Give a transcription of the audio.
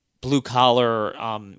blue-collar